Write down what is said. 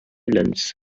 islands